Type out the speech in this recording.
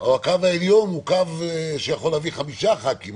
או הקו העליון הוא קו שיכול להביא חמישה חברי כנסת,